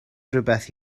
rywbeth